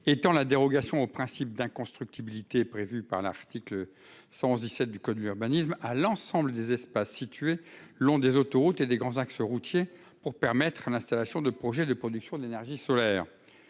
étend la dérogation au principe d'inconstructibilité prévue par l'article L. 111-7 du code de l'urbanisme à l'ensemble des espaces situés le long des autoroutes et des grands axes routiers, pour permettre l'installation de projets de production d'énergie solaire.